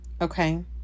okay